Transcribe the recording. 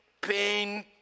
pain